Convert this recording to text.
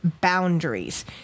boundaries